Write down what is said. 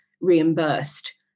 reimbursed